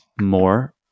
more